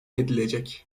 edilecek